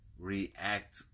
React